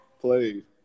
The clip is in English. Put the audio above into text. played